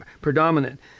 predominant